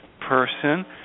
person